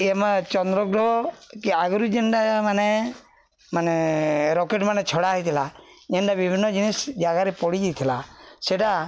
ଏ ଆମ ଚନ୍ଦ୍ରଗ୍ରହ କି ଆଗରୁ ଯେନ୍ଟା ମାନେ ମାନେ ରକେଟ ମାନେ ଛଡ଼ା ହେଇଥିଲା ଯେନ୍ଟା ବିଭିନ୍ନ ଜିନିଷ୍ ଜାଗାରେ ପଡ଼ିଯାଇଥିଲା ସେଇଟା